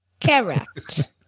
Correct